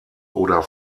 oder